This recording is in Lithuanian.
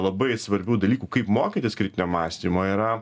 labai svarbių dalykų kaip mokytis kritinio mąstymo yra